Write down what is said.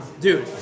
Dude